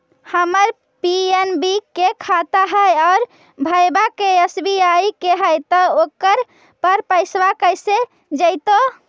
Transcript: हमर पी.एन.बी के खाता है और भईवा के एस.बी.आई के है त ओकर पर पैसबा कैसे जइतै?